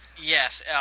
Yes